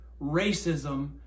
Racism